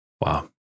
Wow